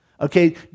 Okay